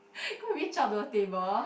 go and reach out to the table